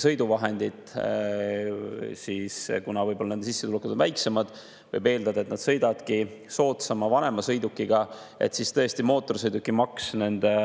sõiduvahendit, võib-olla seetõttu, et nende sissetulekud on väiksemad, ja võib eeldada, et nad sõidavadki soodsama vanema sõidukiga, siis tõesti mootorsõidukimaks nende